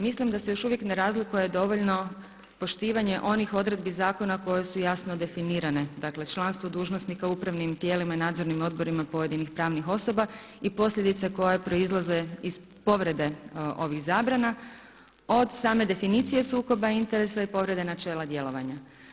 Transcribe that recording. Mislim da se još uvijek ne razlike dovoljno poštivanje onih odredbi zakona koje su jasno definirane, dakle članstvo dužnosnika u pravnim tijelima i nadzornim odborima pojedinih pravnih osoba i posljedice koje proizlaze iz povrede ovih zabrana od same definicije sukoba interesa i povrede načela djelovanja.